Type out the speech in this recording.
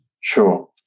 sure